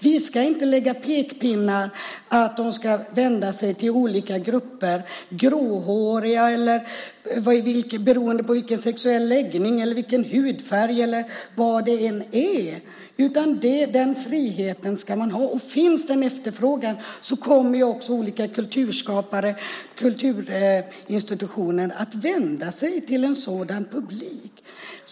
Vi ska inte komma med pekpinnar när det gäller att vända sig till olika grupper. Det kan gälla gråhåriga. Det kan också gälla sexuell läggning, hudfärg eller vad det nu är. Den friheten ska man ha. Finns det en efterfrågan kommer olika kulturinstitutioner att vända sig till en sådan publik.